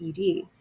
ED